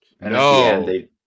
No